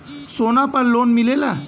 सोना पर लोन मिलेला?